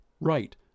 right